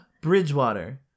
bridgewater